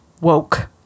Woke